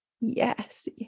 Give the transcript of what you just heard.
Yes